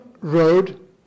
road